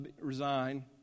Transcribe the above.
resign